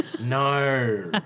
No